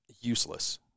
useless